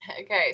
okay